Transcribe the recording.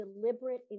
deliberate